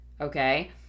okay